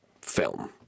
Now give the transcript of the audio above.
film